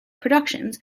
productions